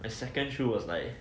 my second shoe was like